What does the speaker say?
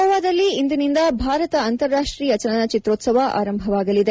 ಗೋವಾದಲ್ಲಿ ಇಂದಿನಿಂದ ಭಾರತ ಅಂತಾರಾಷ್ಟೀಯ ಚಲನಚಿತ್ರೋತ್ಪವ ಆರಂಭವಾಗಲಿದೆ